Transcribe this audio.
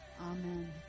Amen